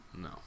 No